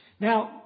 Now